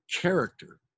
character